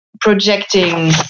projecting